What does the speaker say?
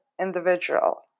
individual